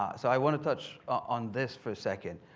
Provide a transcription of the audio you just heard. ah so, i want to touch on this for a second